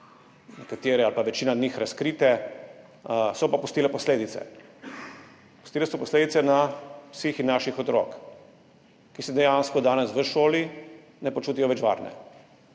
nekatere ali pa večina njih, razkrite, so pa pustile posledice. Pustile so posledice na psihi naših otrok, ki se dejansko danes v šoli ne počutijo več varne.